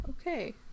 Okay